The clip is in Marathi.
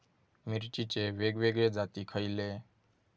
मिरचीचे वेगवेगळे जाती खयले?